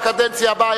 בקדנציה הבאה,